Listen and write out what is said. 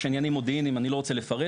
יש עניינים מודיעיניים אני לא רוצה לפרט.